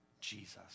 Jesus